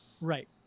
Right